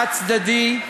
חד-צדדי,